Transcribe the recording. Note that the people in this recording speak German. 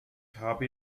habe